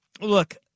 look